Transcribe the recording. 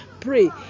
pray